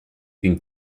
une